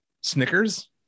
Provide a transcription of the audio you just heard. snickers